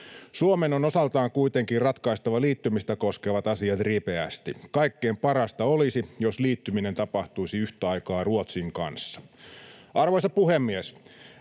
Suomen on osaltaan kuitenkin ratkaistava liittymistä koskevat asiat ripeästi. Kaikkein parasta olisi, jos liittyminen tapahtuisi yhtä aikaa Ruotsin kanssa. Arvoisa puhemies!